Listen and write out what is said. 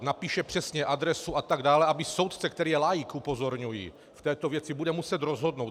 Napíše přesně adresu atd., aby soudce, který je laik, upozorňuji, v této věci, bude muset rozhodnout.